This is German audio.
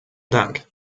dank